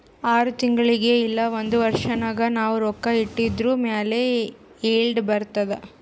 R ತಿಂಗುಳಿಗ್ ಇಲ್ಲ ಒಂದ್ ವರ್ಷ ನಾಗ್ ನಾವ್ ರೊಕ್ಕಾ ಇಟ್ಟಿದುರ್ ಮ್ಯಾಲ ಈಲ್ಡ್ ಬರ್ತುದ್